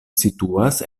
situas